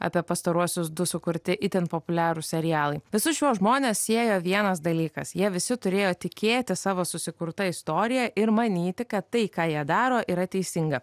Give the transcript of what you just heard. apie pastaruosius du sukurti itin populiarūs serialai visus šiuos žmones siejo vienas dalykas jie visi turėjo tikėti savo susikurta istorija ir manyti kad tai ką jie daro yra teisinga